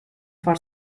for